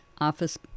office